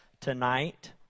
tonight